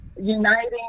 uniting